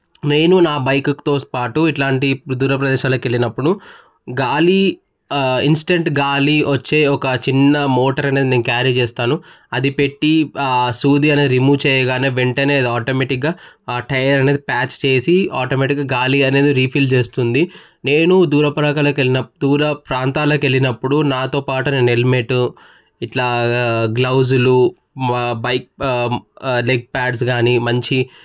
నేను నా బైక్తో పాటు ఇలాంటి దూర ప్రదేశాలకు వెళ్ళినప్పుడు గాలి ఇన్స్టంట్ గాలి వచ్చే ఒక చిన్న మోటర్ అనేది నేను క్యారీ చేస్తాను అది పెట్టి సూది అనేది రిమూవ్ చేయగానే అది ఆటోమేటిక్గా ఆ టైర్ అనేది ప్యాచ్ చేసి ఆటోమేటిక్గా గాలి అనేది రీఫిల్ చేస్తుంది నేను దూరప్రదేశాలకు వెళ్ళినప్పుడు దూర ప్రాంతాలకు వెళ్ళినప్పుడు నాతోపాటు నేను హెల్మెట్ ఇట్లా గ్లౌజులు బైక్ లెగ్ ప్యాడ్స్ కానీ మంచి